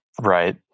right